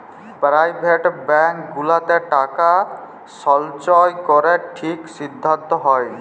private bank গুলাতে টাকা সল্চয় ক্যরা কি ঠিক সিদ্ধাল্ত হ্যয়